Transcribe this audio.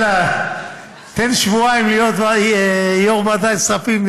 ואללה, תן שבועיים להיות יו"ר ועדת כספים.